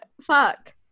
Fuck